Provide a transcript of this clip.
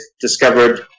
discovered